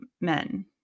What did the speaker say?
men